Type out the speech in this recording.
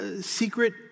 secret